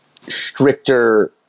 stricter